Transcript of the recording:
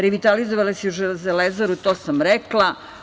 Revitalizovali su „Železaru“, to sam rekla.